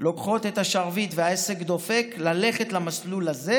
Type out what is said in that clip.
לוקחות את השרביט והעסק דופק, ללכת למסלול הזה,